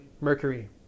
Mercury